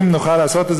אם נוכל לעשות את זה,